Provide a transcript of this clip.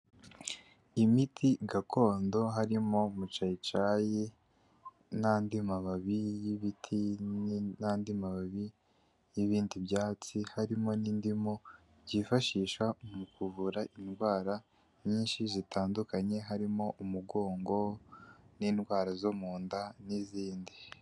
Imiti gakondo harimo maciyicayi n'andi mababi y'ibiti, n'andi mababi y'ibindi byatsi, harimo n'indimu byifashisha mu kuvura indwara nyinshi zitandukanye, harimo umugongo n'indwara zo mu nda n'izindi.